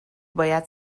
باید